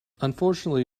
unfortunately